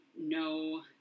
no